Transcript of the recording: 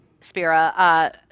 spira